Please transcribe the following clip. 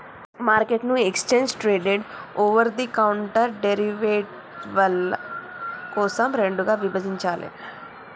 మార్కెట్ను exchange traded, over the counter డెరివేటివ్ల కోసం రెండుగా విభజించాలే